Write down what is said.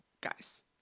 Guys